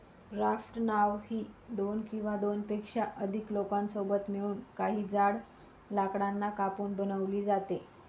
raft नाव ही दोन किंवा दोनपेक्षा अधिक लोकांसोबत मिळून, काही जाड लाकडांना कापून बनवली जाते